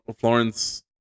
Florence